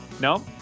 No